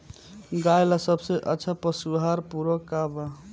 गाय ला सबसे अच्छा पशु आहार पूरक का बा?